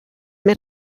més